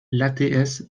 l’ats